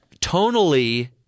tonally